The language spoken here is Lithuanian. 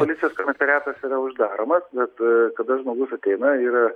policijos komisariatas yra uždaromas bet kada žmogus ateina yra